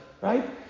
Right